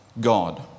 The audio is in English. God